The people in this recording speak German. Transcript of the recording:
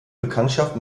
bekanntschaft